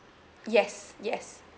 yes yes